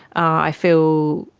i feel